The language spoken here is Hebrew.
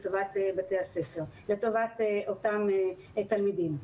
לטובת אותם תלמידים.